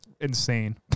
insane